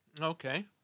Okay